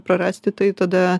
prarasti tai tada